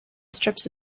strips